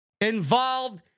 involved